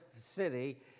city